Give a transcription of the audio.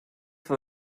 for